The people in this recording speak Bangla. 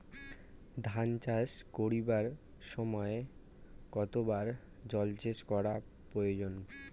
ধান চাষ করিবার সময় কতবার জলসেচ করা প্রয়োজন?